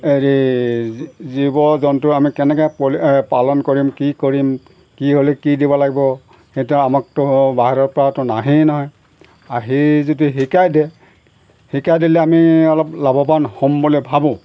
হেৰি জীৱ জন্তুৰ আমি কেনেকে পালন কৰিম কি কৰিম কি হ'লে কি দিব লাগিব সেইটো আমাকতো বাহিৰৰ পৰা তো নাহেই নহয় আহি যদি শিকাই দিয়ে শিকাই দিলে আমি অলপ লাভৱান হ'ম বুলি ভাবোঁ